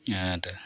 ᱟᱨ